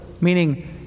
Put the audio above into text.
Meaning